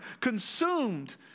consumed